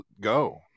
go